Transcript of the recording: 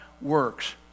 works